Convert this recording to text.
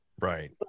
right